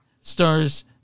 stars